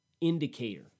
indicator